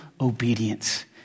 obedience